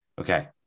Okay